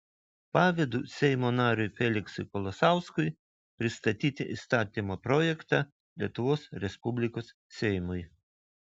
pavedu seimo nariui feliksui kolosauskui pristatyti įstatymo projektą lietuvos respublikos seimui